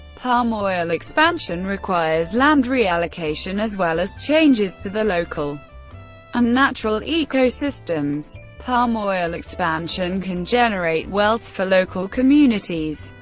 palm oil expansion requires land reallocation as well as changes to the local and natural ecosystems. palm oil expansion can generate wealth for local communities,